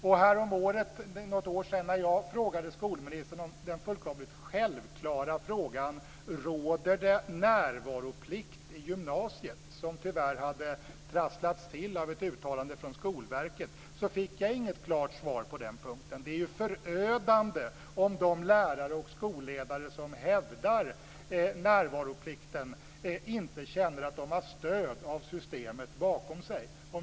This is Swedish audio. När jag för något år sedan ställde den fullkomligt självklara frågan till skolministern om det råder närvaroplikt i gymnasiet - tyvärr hade den trasslats till av ett uttalande från Skolverket - fick jag inget klart svar på den punkten. Det är ju förödande om de lärare och skolledare som hävdar närvaroplikten inte känner att de har stöd av systemet bakom sig.